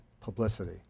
publicity